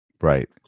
Right